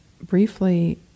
briefly